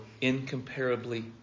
incomparably